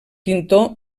pintor